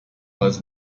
was